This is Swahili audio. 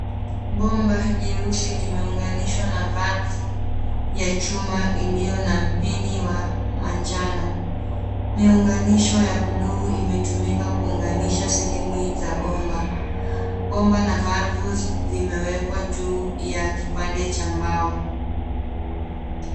Bomba jeusi limeunganishwa na valve ya chuma iliyo na mpini wa manjano. Miunganisho ya bluu imetumika kuunganisha sehemu za bomba. Bomba na valve vimewekwa juu ya kipande cha mbao.